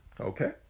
Okay